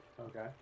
Okay